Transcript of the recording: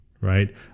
Right